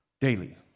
daily